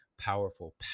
powerful